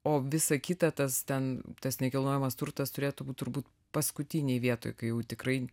o visa kita tas ten tas nekilnojamas turtas turėtų būti turbūt paskutinėje vietoje kai jau tikrai